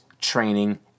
training